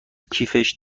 کیفش